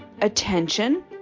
attention